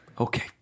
Okay